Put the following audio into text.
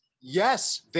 Yes